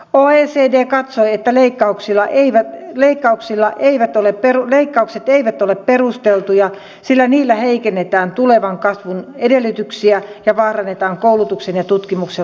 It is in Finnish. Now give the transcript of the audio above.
oecd katsoi että leikkauksilla eivät leikkauksilla eivät ole perun leikkaukset eivät ole perusteltuja sillä niillä heikennetään tulevan kasvun edellytyksiä ja vaarannetaan koulutuksen ja tutkimuksen laatua